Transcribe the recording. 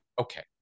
Okay